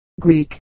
Greek